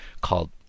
called